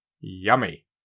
Yummy